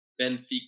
Benfica